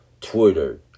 Twitter